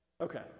Okay